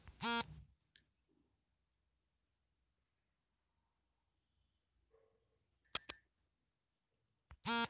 ಜಾನುವಾರು ವಿಮಾ ಯೋಜನೆಯಲ್ಲಿ ಒಂದು ಪ್ರಾಣಿಯನ್ನು ಅದರ ಪ್ರಸ್ತುತ ಮಾರುಕಟ್ಟೆ ಬೆಲೆಗೆ ಅನುಗುಣವಾಗಿ ವಿಮೆ ಮಾಡ್ತಾರೆ